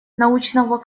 научного